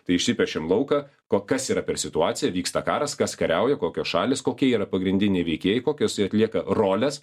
tai išsipiešiam lauką ko kas yra per situacija vyksta karas kas kariauja kokios šalys kokie yra pagrindiniai veikėjai kokias jie atlieka roles